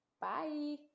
Bye